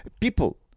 people